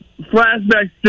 flashbacks